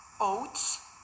oats